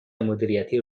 مدیریتی